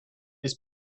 his